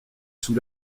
sous